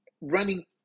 running